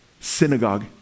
synagogue